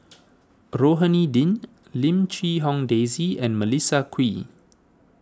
Rohani Din Lim Quee Hong Daisy and Melissa Kwee